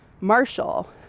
Marshall